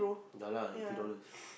yeah lah eighty dollars